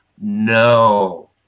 No